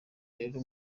rero